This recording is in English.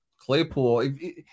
claypool